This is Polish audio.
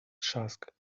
trzask